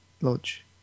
Lodge